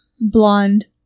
blonde